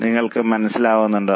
നിങ്ങൾക്ക് മനസ്സിലാകുന്നുണ്ടോ